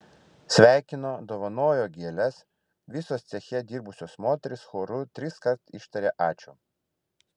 sveikino dovanojo gėles visos ceche dirbusios moterys choru triskart ištarė ačiū